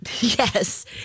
Yes